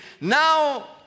Now